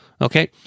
okay